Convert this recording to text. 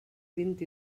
vint